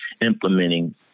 implementing